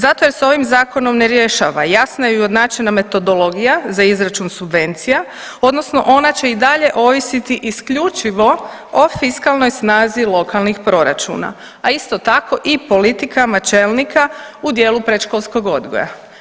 Zato jer se ovim zakonom ne rješava jasna i ujednačena metodologija za izračun subvencija odnosno ona će i dalje ovisiti isključivo o fiskalnoj snazi lokalnih proračuna, a isto tako i politikama čelnika u djelu predškolskog odgoja.